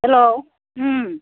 hello